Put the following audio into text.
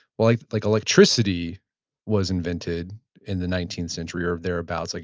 like like, electricity was invited in the nineteenth century, or there abouts. like